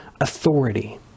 authority